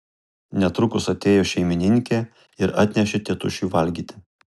netrukus atėjo šeimininkė ir atnešė tėtušiui valgyti